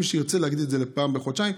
ומי שירצה להגדיל את זה לפעם בחודשיים,